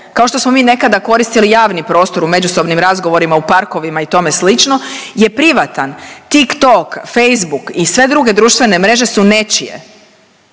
kao što smo mi nekada koristili javni prostor u međusobnim razgovorima u parkovima i tome slično je privatan. TikTok, Facebook i sve druge društvene mreže su nečije.